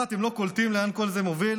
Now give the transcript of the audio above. מה, אתם לא קולטים לאן כל זה מוביל?